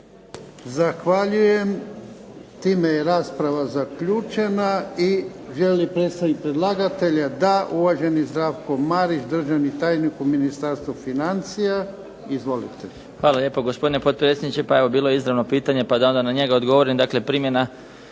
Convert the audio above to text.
Zahvaljujem. Time je rasprava zaključena. Želi li predstavnik predlagatelja? Da. Uvaženi Zdravko Marić, državni tajnik u Ministarstvu financija. Izvolite. **Marić, Zdravko** Hvala lijepo gospodine potpredsjedniče. Pa evo bilo je izravno pitanje, pa da onda na njega odgovorim. Dakle, primjena